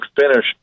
finish